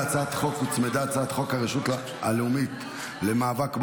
להצעת החוק הוצמדה הצעת חוק הרשות הלאומית למאבק בעוני,